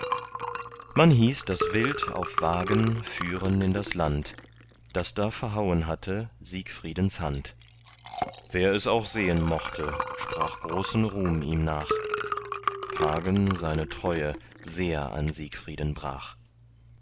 man hieß das wild auf wagen führen in das land das da verhauen hatte siegfriedens hand wer es auch sehen mochte sprach großen ruhm ihm nach hagen seine treue sehr an siegfrieden brach